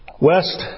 West